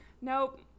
Nope